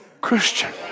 Christian